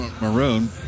Maroon